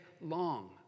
long